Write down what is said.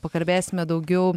pakalbėsime daugiau